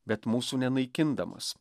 bet mūsų nenaikindamas